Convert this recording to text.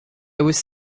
was